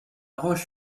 roche